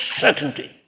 certainty